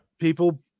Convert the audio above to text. people